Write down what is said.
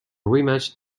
rematch